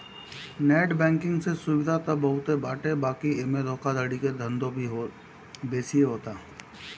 net banking से सुविधा त बहुते बाटे बाकी एमे धोखाधड़ी के धंधो भी बेसिये होता